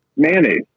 mayonnaise